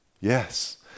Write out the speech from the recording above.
Yes